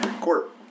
Court